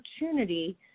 opportunity